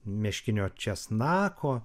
meškinio česnako